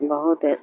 بہت